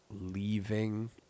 leaving